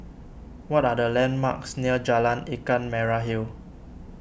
what are the landmarks near Jalan Ikan Merah Hill